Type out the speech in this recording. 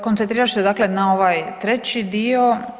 Koncentrirat ću se dakle na ovaj treći dio.